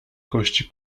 kości